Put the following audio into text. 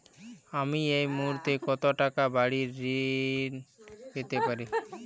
আমি এই মুহূর্তে কত টাকা বাড়ীর ঋণ পেতে পারি?